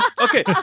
Okay